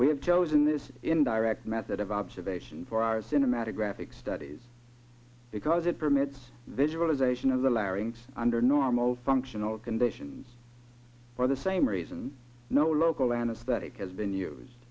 we have chosen this in direct method of observation for our cinematic graphic studies because it permits visualization of the larynx under normal functional conditions for the same reason no local anesthetic as been used